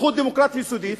זכות דמוקרטית יסודית.